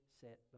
set